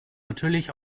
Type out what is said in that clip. natürlich